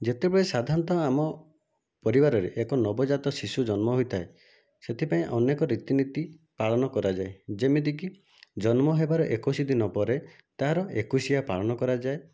ଯେତେବେଳେ ସାଧାରଣତଃ ଆମ ପରିବାରରେ ଏକ ନବଜାତ ଶିଶୁ ଜନ୍ମ ହୋଇଥାଏ ସେଥିପାଇଁ ଅନେକ ରୀତିନୀତି ପାଳନ କରାଯାଏ ଯେମିତିକି ଜନ୍ମ ହେବାର ଏକୋଇଶି ଦିନ ପରେ ତାହାର ଏକୋଇଶିଆ ପାଳନ କରାଯାଏ